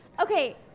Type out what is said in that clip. Okay